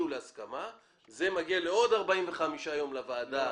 זה מגיע לעוד 45 יום לוועדה.